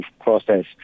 process